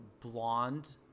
blonde